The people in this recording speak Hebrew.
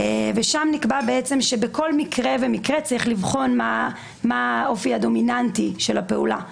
שם נקבע שבכל מקרה ומקרה צריך לבחון מה האופי הדומיננטי של הפעולה,